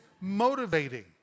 motivating